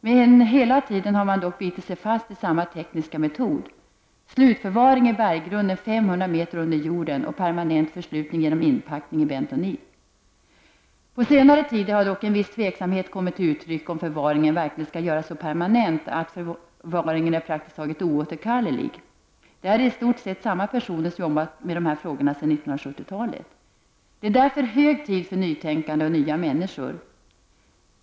Men hela tiden har man dock bitit sig fast i samma tekniska metod: slutförvaring i berggrunden 500 m under jord och permanent förslutning genom inpackning i bentonit. På senare tid har dock en viss tveksamhet kommit till uttryck om förvaringen verkligen skall göras så permanent att den är praktiskt taget oåterkallelig. Det är i stort sett samma personer som har arbetat med dessa frågor sedan 70-talet. Det är hög tid för nytänkande och nya människor.